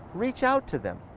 reach out to them.